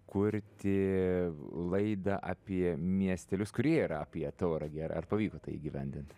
kurti laidą apie miestelius kurie yra apie tauragę ar ar pavyko tai įgyvendint